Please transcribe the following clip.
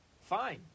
Fine